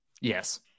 Yes